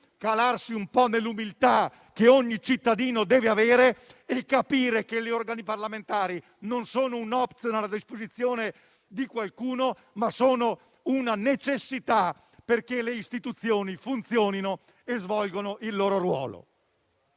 calarsi un po' nell'umiltà che ogni cittadino deve avere e capire che gli organi parlamentari non sono un *optional* a disposizione di qualcuno, ma sono una necessità perché le istituzioni funzionino e svolgano il loro ruolo.